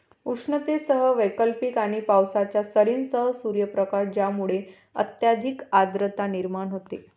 उष्णतेसह वैकल्पिक आणि पावसाच्या सरींसह सूर्यप्रकाश ज्यामुळे अत्यधिक आर्द्रता निर्माण होते